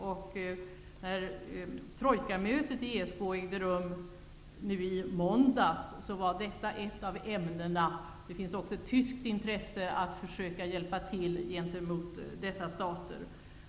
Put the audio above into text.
När Trojkamötet i ESK ägde rum nu i måndags var detta ett av ämnena. Det finns också ett tyskt intresse att försöka hjälpa dessa stater.